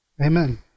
Amen